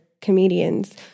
comedians